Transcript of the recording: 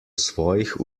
svojih